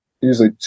usually